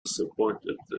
disappointed